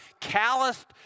calloused